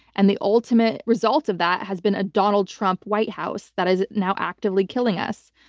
and the ultimate result of that has been a donald trump white house that is now actively killing us.